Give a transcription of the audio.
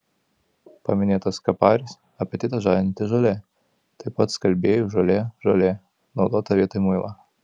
paminėtas kaparis apetitą žadinanti žolė taip pat skalbėjų žolė žolė naudota vietoj muilo